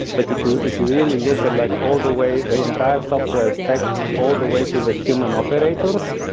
but if you if you really look at like all the way the entire software stack all the way to the human operators,